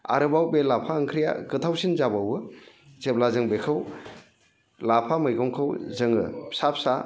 आरोबाव बे लाफा ओंख्रिया गोथावसिन जाबावो जेब्ला जों बेखौ लाफा मैगंखौ जोङो फिसा फिसा